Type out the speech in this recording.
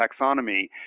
taxonomy